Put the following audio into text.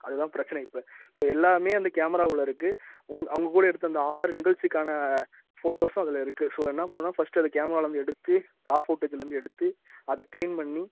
அது தான் பிரச்சின இப்போ ஸோ எல்லாமே அந்த கேமரா குள்ளே இருக்குது உங் உங்கள் கூட எடுத்த அந்த ஆறு நிகழ்ச்சிக்கான ஃபோட்டோஸும் அதில் இருக்குது ஸோ என்ன பண்ணுன்னால் ஃபஸ்ட் அதை கேமராலேருந்து எடுத்து ரா ஃபோட்டோஸ்லேருந்து எடுத்து அதை க்ளீன் பண்ணி